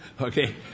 Okay